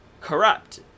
corrupt